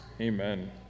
Amen